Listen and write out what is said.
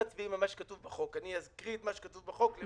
שכתוב בחוק ואני אקריא את מה שכתוב בחוק.